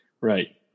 Right